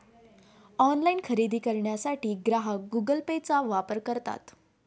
online खरेदी करण्यासाठी ग्राहक गुगल पेचा वापर करतात